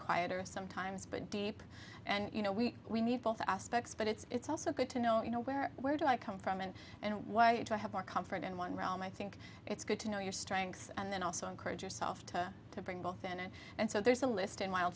quieter sometimes but deep and you know we we need both aspects but it's also good to know you know where where do i come from and why i have more comfort in one realm i think it's good to know your strengths and then also encourage yourself to bring both in and and so there's a list in wil